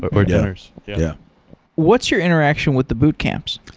but or dinners. yeah what's your interaction with the boot camps?